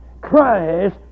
Christ